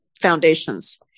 foundations